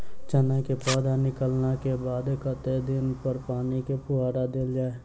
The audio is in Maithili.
चना केँ पौधा निकलला केँ बाद कत्ते दिन पर पानि केँ फुहार देल जाएँ?